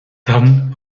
dann